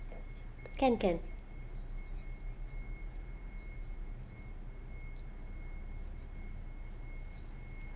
can can